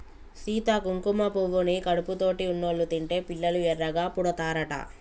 సీత కుంకుమ పువ్వుని కడుపుతోటి ఉన్నోళ్ళు తింటే పిల్లలు ఎర్రగా పుడతారట